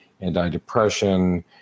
anti-depression